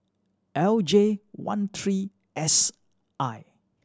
L J one three S I